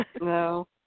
No